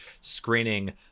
screening